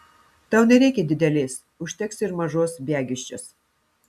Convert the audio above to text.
tau nereikia didelės užteks ir mažos biagiščios